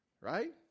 Right